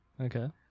Okay